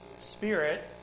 Spirit